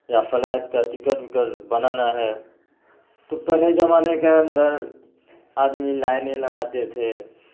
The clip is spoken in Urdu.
یا فلائٹ کا ٹکٹ وکٹ بنانا ہے تو پہلے جمانے کے اندر آدمی لائنیں لگاتے تھے